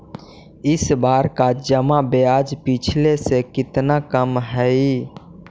इस बार का जमा ब्याज पिछले से कितना कम हइ